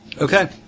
Okay